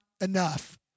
enough